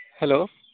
hello